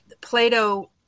Plato